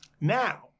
Now